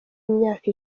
imyaka